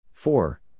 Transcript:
four